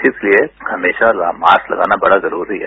इसलिए हमेशा मास्क लगाना बड़ा जरूरी है